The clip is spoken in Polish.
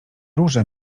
róże